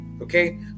okay